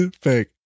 Fake